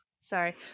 Sorry